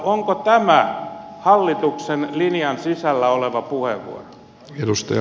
onko tämä hallituksen linjan sisällä oleva puheenvuoro